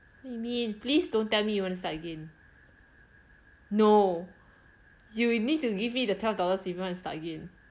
what you mean please don't tell me you want to start again no you need to give me the twelve dollars if you want to start again